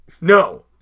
No